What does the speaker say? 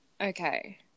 Okay